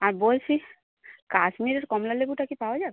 আর বলছি কাশ্মীরের কমলা লেবুটা কি পাওয়া যাবে